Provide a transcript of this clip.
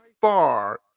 far